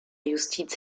justiz